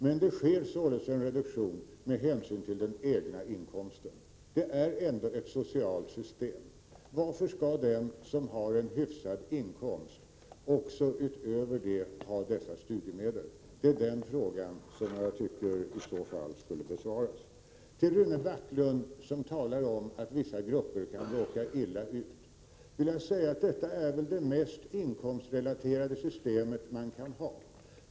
Det sker visserligen en reduktion med hänsyn till den egna inkomsten. Det är ju ändå fråga om ett socialt system. Varför skall den som har en hyfsad inkomst dessutom få dessa studiemedel? Det är en fråga som jag tycker borde besvaras. Till Rune Backlund, som talade om att vissa grupper kan råka illa ut, vill jag säga att det här systemet väl är det mest inkomstrelaterade som kan tänkas.